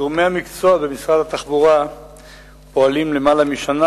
גורמי המקצוע במשרד התחבורה פועלים למעלה משנה